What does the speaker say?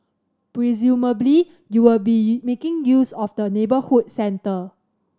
presumably you will be making use of the neighbourhood centre